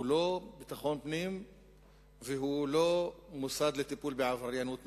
הוא לא ביטחון פנים והוא לא מוסד לטיפול בעבריינות נוער.